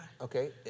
Okay